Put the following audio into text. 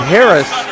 Harris